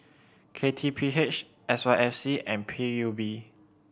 K T P H S Y F C and P U B